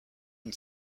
une